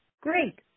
Great